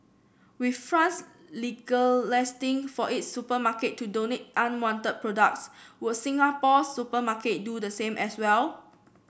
with France for its supermarket to donate unwanted products will Singapore's supermarket do the same as well